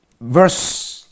verse